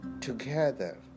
Together